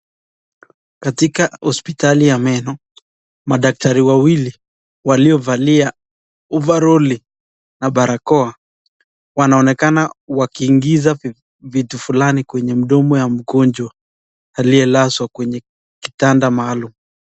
Katika hospitali ya meno, madaktari wawili waliovalia overloli na barakoa. Wanaonekana wakiingiza vitu fulani kwenye mdomo wa mgonjwa aliyelazwa kwenye kitanda maalum.